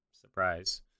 surprise